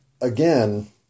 again